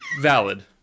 Valid